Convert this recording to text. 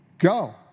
go